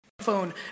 phone